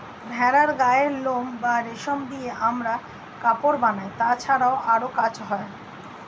ভেড়ার গায়ের লোম বা রেশম দিয়ে আমরা কাপড় বানাই, তাছাড়াও আরো কাজ হয়